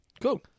Cool